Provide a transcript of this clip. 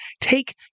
take